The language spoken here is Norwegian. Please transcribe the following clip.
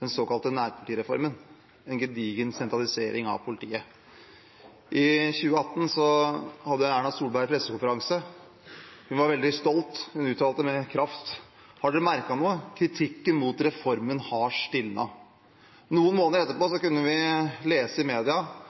den såkalte nærpolitireformen, en gedigen sentralisering av politiet. I 2018 hadde Erna Solberg en pressekonferanse. Hun var veldig stolt, og hun uttalte med kraft: «Men har dere merket noe? Kritikken mot reformen har stilnet.» Noen måneder etterpå kunne vi lese i media